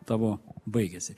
tavo baigėsi